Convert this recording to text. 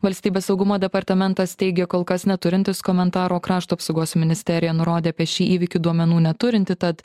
valstybės saugumo departamentas teigė kol kas neturintis komentaro o krašto apsaugos ministerija nurodė apie šį įvykį duomenų neturinti tad